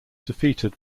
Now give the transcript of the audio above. defeated